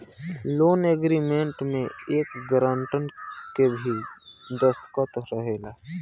loan agreement में एक grantor के भी दस्तख़त रहेला